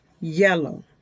yellow